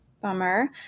Bummer